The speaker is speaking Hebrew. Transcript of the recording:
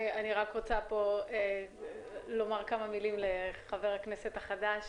אני רק רוצה לומר כמה מילים לחבר הכנסת החדש,